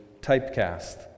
typecast